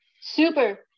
Super